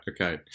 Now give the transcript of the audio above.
okay